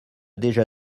déjà